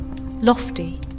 lofty